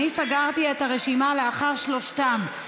אני סגרתי את הרשימה לאחר שלושתם.